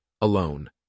alone